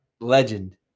legend